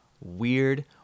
weird